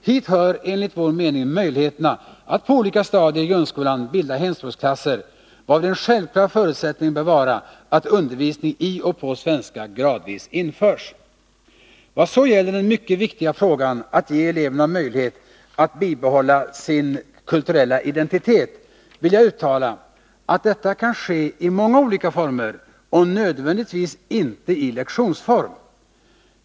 Hit hör enligt vår mening möjligheten att på olika stadier i grundskolan bilda hemspråksklasser, varvid en självklar förutsättning bör vara att undervisning i och på svenska gradvis införs. Vad så gäller den mycket viktiga frågan att ge eleverna möjlighet att bibehålla sin kulturella identitet, vill jag uttala att detta kan ske i många olika former och inte nödvändigtvis i lektionsform.